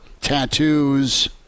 tattoos